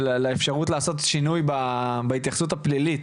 לאפשרות לעשות שינוי בהתייחסות הפלילית.